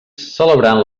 celebrant